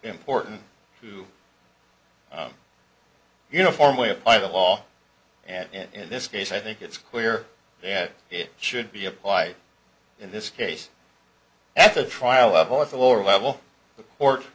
important to uniformly apply the law and in this case i think it's clear that it should be applied in this case at the trial level at the lower level